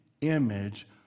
image